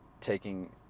taking